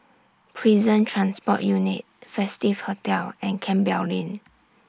Prison Transport Unit Festive Hotel and Campbell Lane